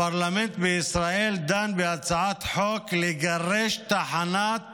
הפרלמנט בישראל דן בהצעת חוק לגרש את תחנת